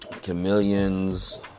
Chameleons